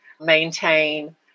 maintain